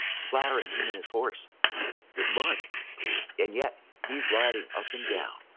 splattering him and his horse with mud and yet, he's riding up and down,